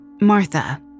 Martha